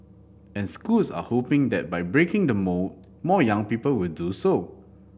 and schools are hoping that by breaking the mould more young people will do so